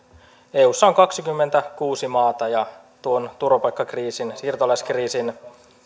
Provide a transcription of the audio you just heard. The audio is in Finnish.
eussa on kaksikymmentäkuusi maata ja tuon turvapaikkakriisin siirtolaiskriisin